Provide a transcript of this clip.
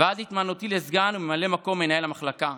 ועד התמנותי לסגן ממלא מקום מנהל המחלקה,